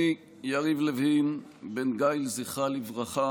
אני, יריב לוין, בן גאיל, זכרה לברכה,